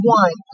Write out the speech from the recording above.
one